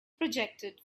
projected